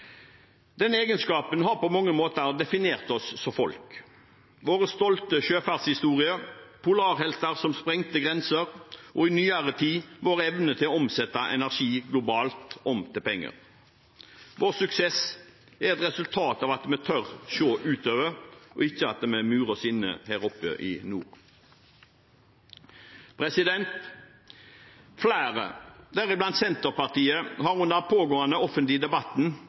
egenskapen har på mange måter definert oss som folk – vår stolte sjøfartshistorie, polarhelter som sprengte grenser, og i nyere tid vår evne til å omsette energi globalt i penger. Vår suksess er et resultat av at vi tør å se utover, og ikke at vi murer oss inne her oppe i nord. Flere, deriblant Senterpartiet, har under den pågående offentlige debatten